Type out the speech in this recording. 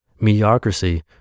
mediocrity